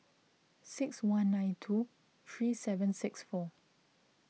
six one nine two three seven six four